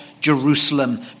Jerusalem